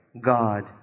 God